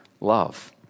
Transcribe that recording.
love